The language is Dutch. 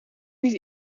niet